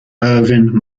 irvin